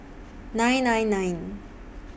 nine nine nine